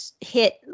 hit